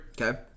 Okay